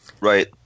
right